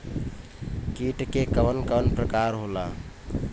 कीट के कवन कवन प्रकार होला?